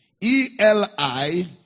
E-L-I